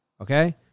Okay